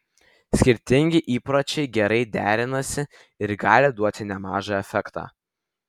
skirtingi įpročiai gerai derinasi ir gali duoti nemažą efektą